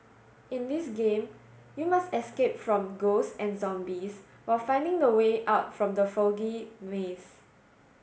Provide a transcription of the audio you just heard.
in this game you must escape from ghosts and zombies while finding the way out from the foggy maze